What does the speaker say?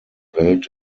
welt